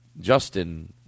Justin